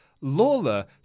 Lawler